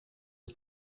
are